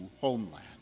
homeland